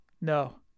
No